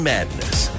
Madness